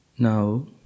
Now